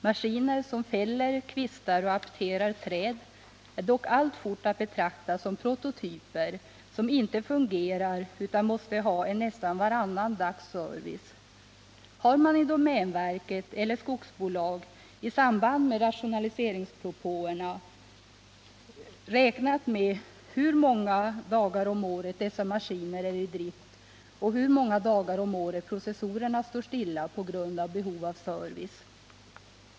Maskinerna, som fäller, kvistar och apterar träd, är dock alltfort att betrakta som prototyper som inte fungerar utan att få nästan varannandagsservice. Har man i domänverket eller i skogsbolag i samband med rationaliseringspropåerna räknat med hur många dagar om året dessa maskiner är i drift och hur många dagar om året processorerna står stilla på grund av behov av service m.m.?